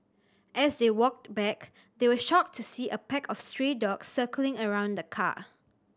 as they walked back they were shocked to see a pack of stray dogs circling around the car